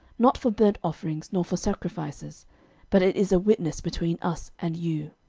not for burnt offerings, nor for sacrifices but it is a witness between us and you.